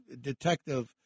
detective